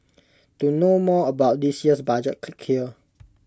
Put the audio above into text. to know more about this year's budget click here